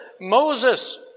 Moses